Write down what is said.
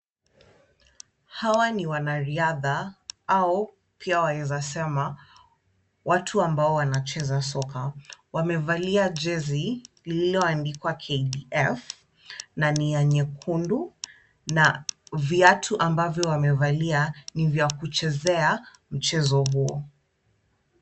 Hawa ni wanariadha au pia waeza sema watu ambao wanacheza soka. Wamevalia jezi lililoandikwa KDF, na ni ya nyekundu na viatu ambavyo wamevalia ni vya kuchezea mchezo huo.